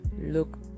look